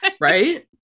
right